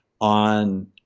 on